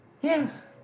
Yes